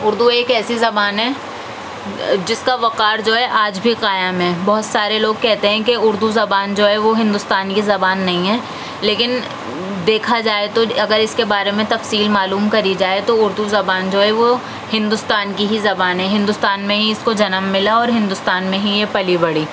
اردو ایک ایسی زبان ہے جس کا وقار جو ہے آج بھی قائم ہے بہت سارے لوگ کہتے ہیں کی اردو زبان جو ہے وہ ہندوستان کی زبان نہیں ہے لیکن دیکھا جائے تو اگر اس کے بارے میں تفصیل معلوم کری جائے تو اردو زبان جو ہے وہ ہندوستان کی ہی زبان ہے ہندوستان میں ہی اس کو جنم ملا ہندوستان میں ہی یہ پلی بڑھی